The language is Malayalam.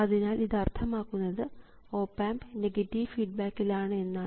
അതിനാൽ ഇത് അർത്ഥമാക്കുന്നത് ഓപ് ആമ്പ് നെഗറ്റീവ് ഫീഡ്ബാക്കിൽ ആണ് എന്നാണ്